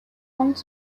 comes